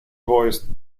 voiced